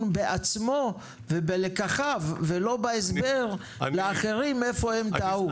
בעצמו ובלקחיו ולא בהסבר לאחרים איפה הם טעו.